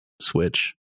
switch